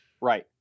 Right